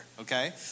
okay